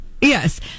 Yes